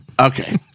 Okay